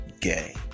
gay